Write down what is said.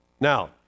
Now